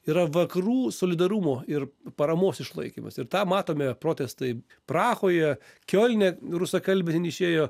yra vakarų solidarumo ir paramos išlaikymas ir tą matome protestai prahoje kiolne rusakalbiai n išėjo